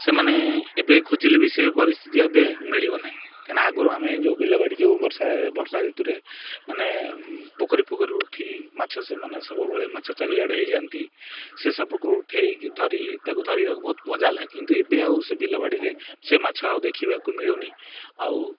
ସେମାନେ ଏବେ ଖୋଜିଲେ ବି ସେ ପରିସ୍ଥିତି ଏବେ ମିଳିବ ନାହିଁ କହିଁକନା ଆଗରୁ ଆମେ ଯେଉଁ ବିଲବାଡ଼ି ଯେଉଁ ବର୍ଷାରେ ବର୍ଷା ଋତୁରେ ମାନେ ପୋଖରୀ ପୋଖରୀ ଉଠି ମାଛ ସେମାନେ ସବୁବେଳେ ମାଛ ଚାରିଆଡ଼େ ହେଇଯାଆନ୍ତି ସେ ସବୁକୁ ଉଠେଇକି ଧରି ତାକୁ ଧରିବାକୁ ବହୁତ ମଜା ଲାଗେ କିନ୍ତୁ ଏବେ ଆଉ ସେ ବିଲବାଡ଼ିରେ ସେ ମାଛ ଆଉ ଦେଖିବାକୁ ମିଳୁନି ଆଉ